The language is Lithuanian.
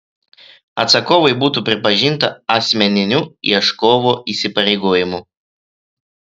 atsakovui būtų pripažinta asmeniniu ieškovo įsipareigojimu